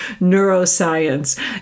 neuroscience